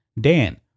Dan